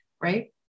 right